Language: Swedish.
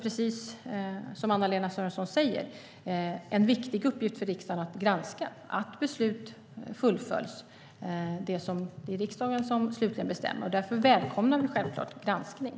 Precis som Anna-Lena Sörenson säger är det en viktig uppgift för riksdagen att granska att beslut fullföljs. Det är riksdagen som slutligen bestämmer. Därför välkomnar jag självklart en granskning.